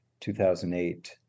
2008